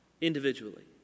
individually